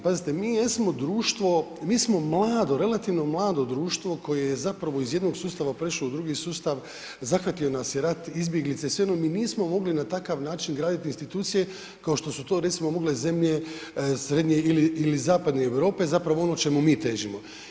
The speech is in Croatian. Pazite, mi jesmo društvo, mi smo relativno mlado društvo koje je zapravo iz jednog sustava prešlo u drugi sustav, zahvatio nas je rat izbjeglice, svejedno mi nismo mogli na takav način graditi institucije kao što su to, recimo mogle zemlje srednje ili zapadne Europe, zapravo ono čemu mi težimo.